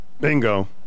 Bingo